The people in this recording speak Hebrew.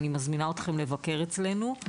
אני מזמינה אתכם לבקר אצלנו.